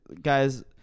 Guys